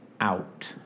out